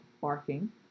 barking